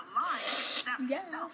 Yes